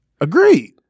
Agreed